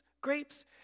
grapes